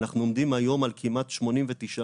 אנחנו עומדים היום על כמעט 89%